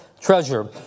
treasure